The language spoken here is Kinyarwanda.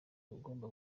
bagomba